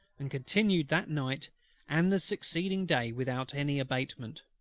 and continued that night and the succeeding day without any abatement.